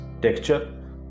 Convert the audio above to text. texture